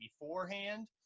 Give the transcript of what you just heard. beforehand